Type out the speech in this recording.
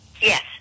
Yes